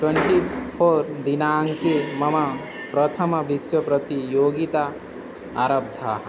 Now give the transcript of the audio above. twenty four दिनाङ्के मम प्रथम विश्वप्रतियोगिता आरब्धाः